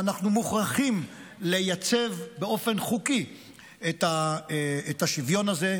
ואנחנו מוכרחים לייצב באופן חוקי את השוויון הזה,